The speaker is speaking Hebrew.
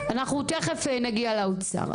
נגיע לאוצר.